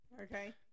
Okay